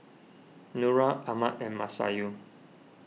Nura Ahmad and Masayu